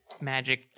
magic